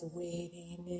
waiting